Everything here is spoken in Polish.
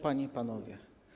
Panie i Panowie!